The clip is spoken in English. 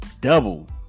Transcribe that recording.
Double